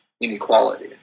inequality